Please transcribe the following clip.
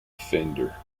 fender